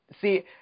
See